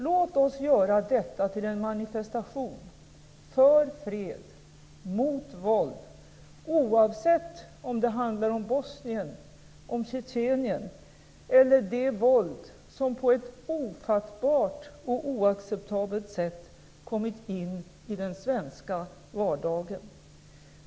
Låt oss göra detta till en manifestation, för fred - mot våld, oavsett om det handlar om Bosnien om Tjetjenien eller om det våld som på ett ofattbart och oacceptabelt sätt kommit in i den svenska vardagen.